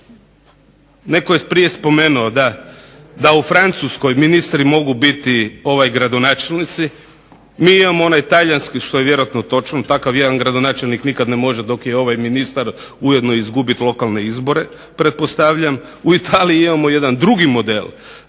Netko je prije spomenuo da u Francuskoj mogu biti gradonačelnici. Mi imamo vjerojatno onaj talijanski, što je vjerojatno točno takav jedan gradonačelnik nikad ne može dok je ovaj ministar ujedno izgubiti lokalne izbore pretpostavljam. U Italiji imamo jedan drugi model,